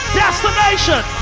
destination